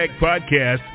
podcast